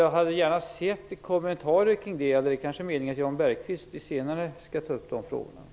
Jag hade gärna velat höra några kommentarer kring detta, men det kanske är meningen att Jan Bergqvist skall ta upp dessa frågor senare.